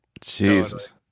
Jesus